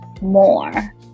more